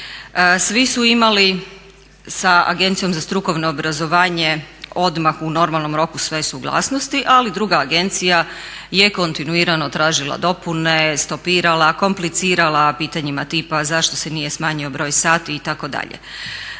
Svi su imali sa Agencijom za strukovno obrazovanje odmah u normalnom roku sve suglasnosti, ali druga agencija je kontinuirano tražila dopune, stopirala, komplicirala pitanjima tipa zašto se nije smanjio broj sati itd.